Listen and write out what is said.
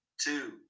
two